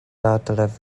adref